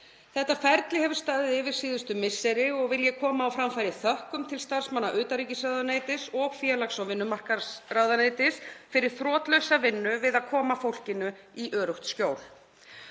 Þetta ferli hefur staðið yfir síðustu misseri og vil ég koma á framfæri þökkum til starfsmanna utanríkisráðuneytis og félags- og vinnumarkaðsráðuneytis fyrir þrotlausa vinnu við að koma fólkinu í öruggt skjól.